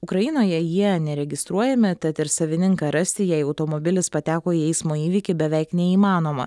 ukrainoje jie neregistruojami tad ir savininką rasti jei automobilis pateko į eismo įvykį beveik neįmanoma